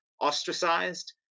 ostracized